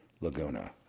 Laguna